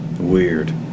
Weird